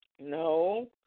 no